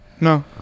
no